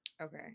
Okay